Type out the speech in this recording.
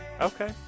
Okay